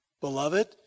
beloved